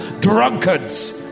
drunkards